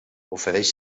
ofereix